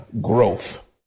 growth